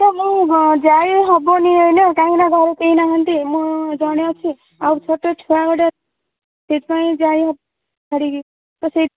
sir ମୁଁ ଯାଇହେବନି ଏଇନେ କାହିଁକି ନା ଘରେ କେହି ନାହାନ୍ତି ମୁଁ ଜଣେ ଅଛି ଆଉ ଛୋଟ ଛୁଆ ଗୋଟେ ସେଇଥିପାଇଁ ଯାଇହେବନି ଛାଡ଼ିକି ତ ସେଇଥି